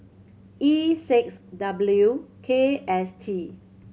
E six W K S T